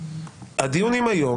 הדיונים היום